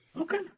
Okay